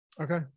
Okay